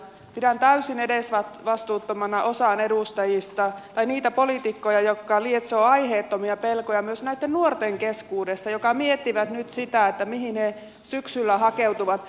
pidän täysin edesvastuuttomina osaa edustajista tai niitä poliitikkoja jotka lietsovat aiheettomia pelkoja myös näitten nuorten keskuudessa jotka miettivät nyt sitä mihin he syksyllä hakeutuvat